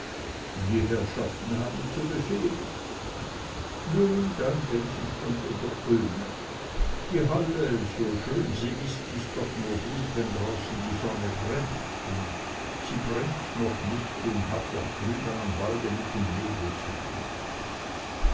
die herrschaften haben zu befehlen nun dann denk ich unter der ulme die halle so schön sie ist ist doch nur gut wenn draußen die sonne brennt und sie brennt noch nicht und hat noch drüben am walde mit dem nebel zu tun